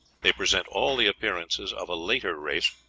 they present all the appearances of a later race,